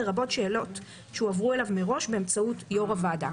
לרבות שאלות שהועברו אליו מראש באמצעות יו"ר הוועדה.